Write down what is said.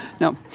No